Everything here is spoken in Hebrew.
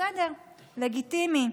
בסדר, לגיטימי.